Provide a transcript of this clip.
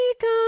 come